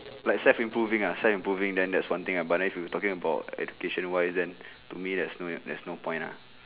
like self improving uh self improving then that's one thing but then if you talking about education wise then to me there's no ya there's no point lah